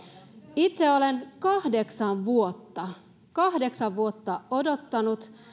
itse olen kahdeksan vuotta kahdeksan vuotta odottanut